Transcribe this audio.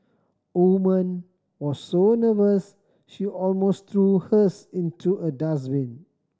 woman was so nervous she almost threw hers into a dustbin